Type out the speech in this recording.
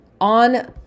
On